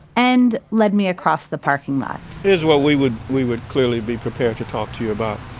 and led me across the parking lot here's what we would we would clearly be prepared to talk to you about.